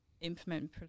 implement